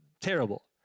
terrible